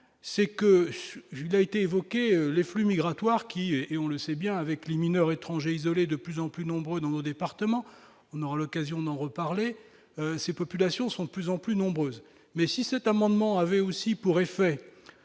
c'est que je n'a été évoqué les flux migratoires qui est, on le sait bien, avec les mineurs étrangers isolés de plus en plus nombreux dans nos départements, on aura l'occasion d'en reparler, ces populations sont plus en plus nombreuses mais si cet amendement avait aussi pour effet